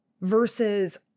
versus